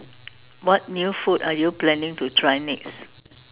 what new food are you planning to try next